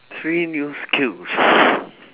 three new skills